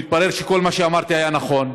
והתברר שכל מה שאמרתי היה נכון,